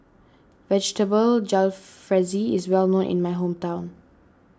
Vegetable Jalfrezi is well known in my hometown